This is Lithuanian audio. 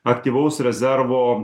aktyvaus rezervo